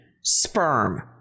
sperm